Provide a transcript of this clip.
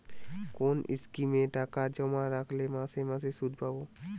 কোন স্কিমে টাকা জমা রাখলে মাসে মাসে সুদ পাব?